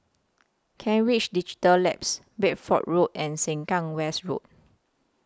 Kent Ridge Digital Labs Bedford Road and Sengkang West Road